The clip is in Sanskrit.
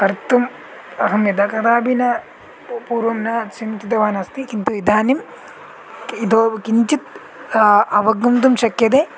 कर्तुम् अहं यदाकदापि न पूर्वं न चिन्तितवान् अस्ति किन्तु इदानीं क् इति किञ्चित् अवगन्तुं शक्यते